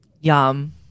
Yum